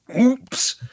oops